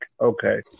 okay